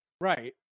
Right